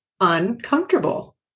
uncomfortable